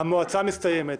המועצה מסתיימת,